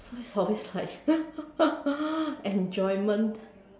for this like enjoyment